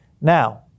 Now